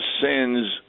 sins